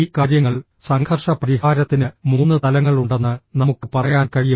ഈ കാര്യങ്ങൾ സംഘർഷ പരിഹാരത്തിന് മൂന്ന് തലങ്ങളുണ്ടെന്ന് നമുക്ക് പറയാൻ കഴിയും